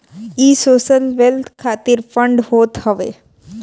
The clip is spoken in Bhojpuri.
इ सोशल वेल्थ खातिर फंड होत हवे